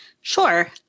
Sure